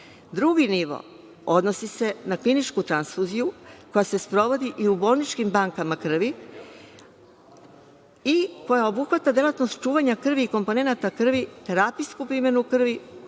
Drugi nivo odnosi se na kliničku transfuziju koja se sprovodi i u bolničkim bankama krvi i koja obuhvata delatnost čuvanja krvi i komponenata krvi, terapijsku primenu krvi,